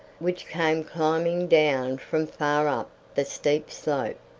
which came climbing down from far up the steep slope,